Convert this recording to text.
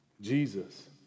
Jesus